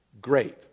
Great